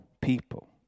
people